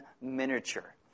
miniature